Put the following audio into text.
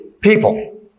people